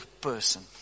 person